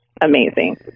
amazing